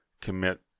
commit